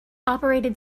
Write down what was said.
operated